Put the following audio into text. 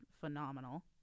phenomenal